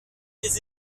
des